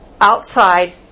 outside